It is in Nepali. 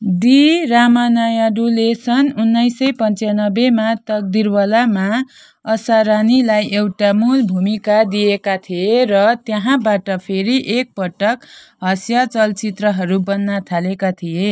डी रामानायडूले सन् उन्नाइस सय पन्चानब्बेमा तकदिरवालामा असरानीलाई एउटा मूल भूमिका दिएका थिए र त्यहाँबाट फेरि एकपटक हास्य चलचित्रहरू बन्न थालेका थिए